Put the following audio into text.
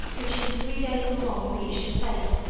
which in three days more we reached safe,